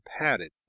padded